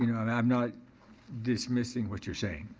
you know and i'm not dismissing what you're saying.